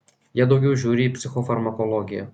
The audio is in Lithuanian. jie daugiau žiūri į psichofarmakologiją